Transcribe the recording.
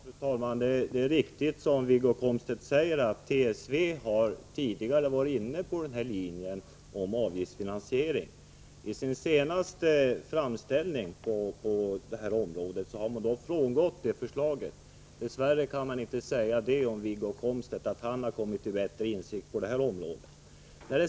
Fru talman! Det är riktigt, som Wiggo Komstedt säger, att trafiksäkerhetsverket, TSV, tidigare har varit inne på avgiftsfinansieringslinjen. I sin senaste anslagsframställning har emellertid TSV frångått detta förslag. Dess värre kan man inte säga att Wiggo Komstedt kommit till insikt på detta område.